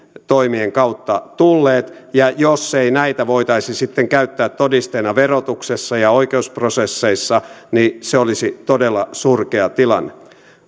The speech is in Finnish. toimien kautta tulleet ja jos ei näitä voitaisi sitten käyttää todisteena verotuksessa ja oikeusprosesseissa niin se olisi todella surkea tilanne